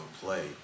play